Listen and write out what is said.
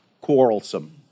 quarrelsome